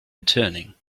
returning